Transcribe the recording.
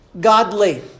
godly